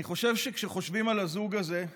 אני חושב שכשחושבים על הזוג הזה,